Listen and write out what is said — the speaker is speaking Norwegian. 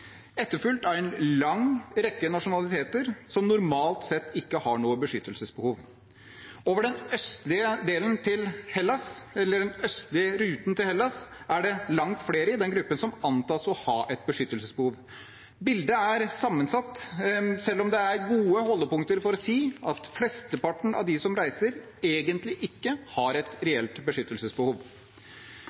etterfulgt av en lang rekke nasjonaliteter som normalt sett ikke har noe beskyttelsesbehov. Over den østlige ruten til Hellas er det langt flere i den gruppen som antas å ha et beskyttelsesbehov. Bildet er sammensatt, selv om det er gode holdepunkter for å si at flesteparten av dem som reiser, egentlig ikke har et reelt beskyttelsesbehov.